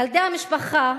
ילדי המשפחה,